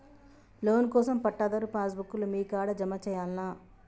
Loan కోసం పట్టాదారు pass book లు మీ కాడా జమ చేయల్నా?